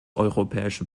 europäische